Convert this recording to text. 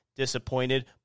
Disappointed